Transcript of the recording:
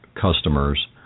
customers